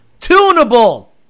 Tunable